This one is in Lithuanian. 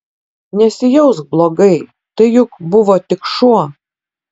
nesijausk blogai tai juk buvo tik šuo